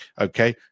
okay